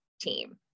team